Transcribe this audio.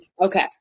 Okay